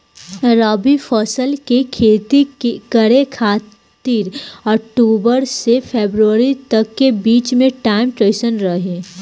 रबी फसल के खेती करे खातिर अक्तूबर से फरवरी तक के बीच मे टाइम कैसन रही?